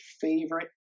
favorite